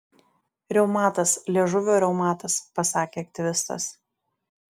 reumatas liežuvio reumatas pasakė aktyvistas